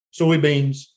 soybeans